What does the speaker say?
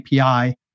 API